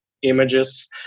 Images